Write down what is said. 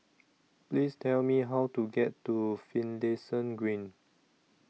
Please Tell Me How to get to Finlayson Green